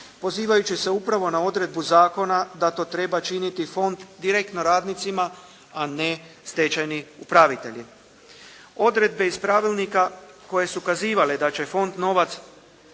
pozivajući se upravo na odredbu zakona da to treba činiti fond direktno radnicima a ne stečajni upravitelji. Odredbe iz pravilnika koje su kazivale da će fond novac